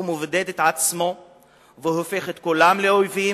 הוא מבודד את עצמו והופך את כולם לאויבים,